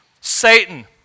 Satan